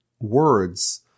words